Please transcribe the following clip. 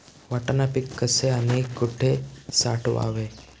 वाटाणा पीक कसे आणि कुठे साठवावे?